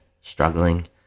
Struggling